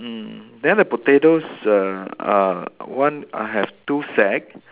mm then the potatoes err uh one I have two sack